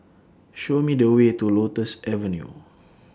Show Me The Way to Lotus Avenue